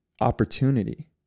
opportunity